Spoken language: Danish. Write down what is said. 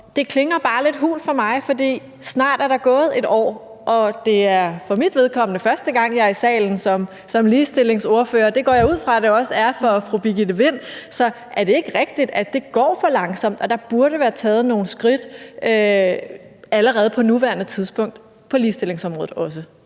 bare lidt hult for mig, for snart er der gået et år, og det er for mit vedkommende første gang, jeg er i salen som ligestillingsordfører, og det går jeg ud fra at det også er for fru Birgitte Vind. Så er det ikke rigtigt, at det går for langsomt, og at der også burde være taget nogle skridt allerede på nuværende tidspunkt på ligestillingsområdet? Kl.